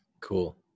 Cool